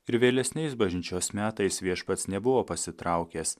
ir vėlesniais bažnyčios metais viešpats nebuvo pasitraukęs